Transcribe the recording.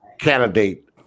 candidate